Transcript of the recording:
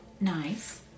nice